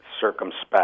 circumspect